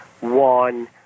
one